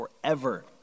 forever